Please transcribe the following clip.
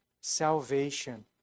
Salvation